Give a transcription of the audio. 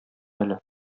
әле